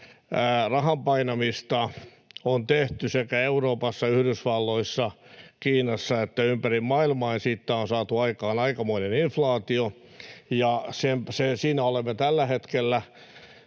rahan painamista on tehty sekä Euroopassa, Yhdysvalloissa, Kiinassa että ympäri maailmaa ja siitä on saatu aikaan aikamoinen inflaatio — siinä olemme tällä hetkellä,